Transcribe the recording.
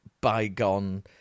bygone